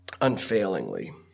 unfailingly